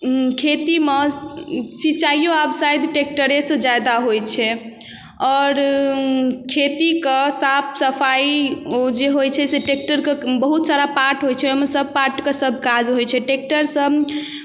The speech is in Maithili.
खेतीमे सिचाइओ आब शायद ट्रैक्टरेसँ ज्यादा होइ छै आओर खेतीके साफ सफाइ ओ जे होइ छै से ट्रैक्टरके बहुत सारा पार्ट होइ छै ओहिमे सब पार्टके सब काज होइ छै ट्रैक्टरसँ